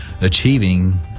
achieving